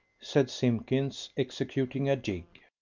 said simpkins, executing a jig.